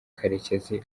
karekezi